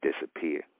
disappear